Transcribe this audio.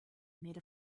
made